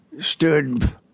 stood